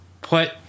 put